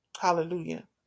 Hallelujah